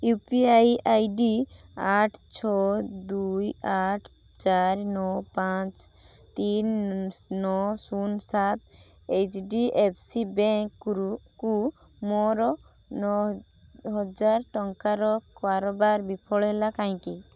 you P I I D ଆଠ ଛଅ ଦୁଇ ଆଠ ଚାରି ନଅ ପାଞ୍ଚ ତିନ ନଅ ଶୂନ ସାତ ଏଚ ଡି ଏଫ ସି ବ୍ୟାଙ୍କ୍ରୁକୁ ମୋର ନଅହଜାର ଟଙ୍କାର କାରବାର ବିଫଳ ହେଲା କାହିଁକି